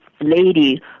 lady